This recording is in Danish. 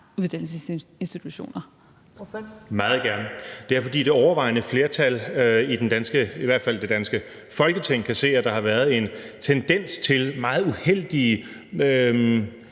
Messerschmidt (DF): Meget gerne. Det er, fordi det overvejende flertal i det danske Folketing kan se, at der har været en tendens til en meget uheldig